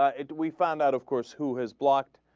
ah it we found out of course who has blocked